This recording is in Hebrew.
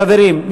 חברים,